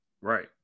Right